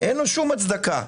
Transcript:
אין לו שום הצדקה.